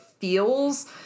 feels